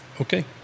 Okay